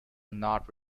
not